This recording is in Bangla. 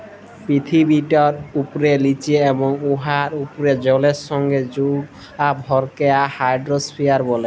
পিথিবীপিঠের উপ্রে, লিচে এবং উয়ার উপ্রে জলের সংগে জুড়া ভরকে হাইড্রইস্ফিয়ার ব্যলে